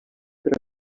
però